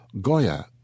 Goya